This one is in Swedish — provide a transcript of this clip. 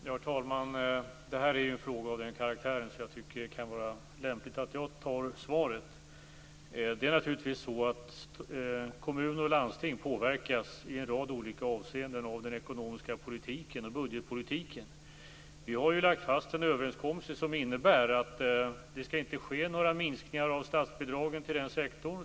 Herr talman! Jag tycker att det här en fråga av sådan karaktär att jag tycker att det kan vara lämpligt att jag besvarar den. Kommuner och landsting påverkas naturligtvis i en rad olika avseenden av den ekonomiska politiken och budgetpolitiken. Vi har lagt fast en överenskommelse som innebär att det inte skall göras några minskningar av statsbidragen för den här sektorn.